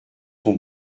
son